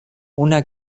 una